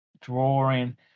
drawing